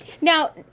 Now